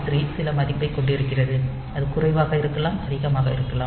3 சில மதிப்பைக் கொண்டிருக்கிறது அது குறைவாக இருக்கலாம் அதிகமாக இருக்கலாம்